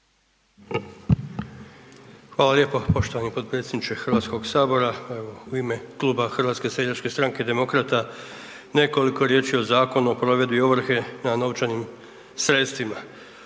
Hvala lijepo poštovani potpredsjedniče HS. Evo, u ime Kluba HSS-a i Demokrata nekoliko riječi o Zakonu o provedbi ovrhe na novčanim sredstvima.